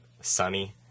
sunny